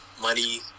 money